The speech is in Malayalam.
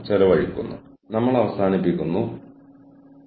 നിങ്ങൾ വൈകി വന്നാൽ നിങ്ങൾക്ക് വൈകി വന്നതിന് പിഴയുണ്ടാകും